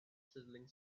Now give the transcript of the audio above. sizzling